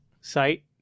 site